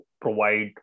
provide